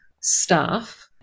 staff